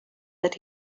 that